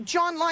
John